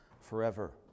forever